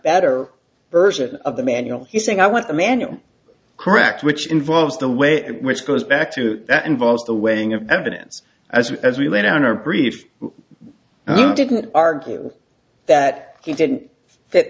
better version of the manual he's saying i want the manual correct which involves the way in which goes back to that involves the weighing of evidence as as we lay down our brief i didn't argue that he didn't fit